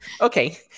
Okay